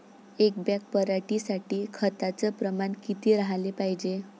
एक बॅग पराटी साठी खताचं प्रमान किती राहाले पायजे?